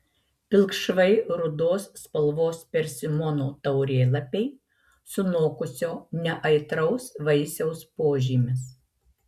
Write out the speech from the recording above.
pilkšvai rudos spalvos persimono taurėlapiai sunokusio neaitraus vaisiaus požymis